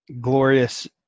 glorious